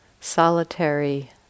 solitary